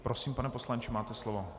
Prosím, pane poslanče, máte slovo.